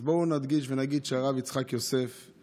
אז בואו נדגיש ונגיד שהרב יצחק יוסף,